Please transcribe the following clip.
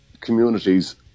communities